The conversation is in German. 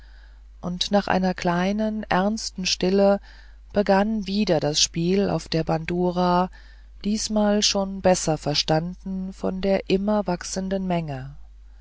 und nach einer kleinen ernsten stille begann wieder das spiel auf der bandura diesmal schon besser verstanden von der immer wachsenden menge